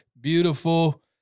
beautiful